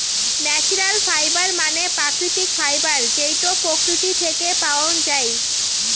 natural fibre মানে প্রাকৃতিক fibre যেইটো প্রকৃতি থেকে পাওয়াঙ যাই